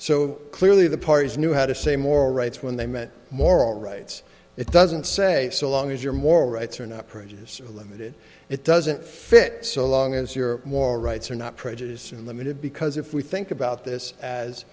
so clearly the parties knew how to say moral rights when they meant moral rights it doesn't say so long as your moral rights are not prejudiced or limited it doesn't fit so long as your moral rights are not prejudiced and limited because if we think about this as